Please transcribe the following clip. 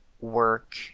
work